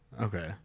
Okay